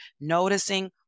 noticing